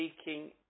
speaking